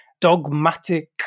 dogmatic